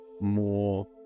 more